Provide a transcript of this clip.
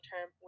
term